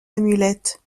amulette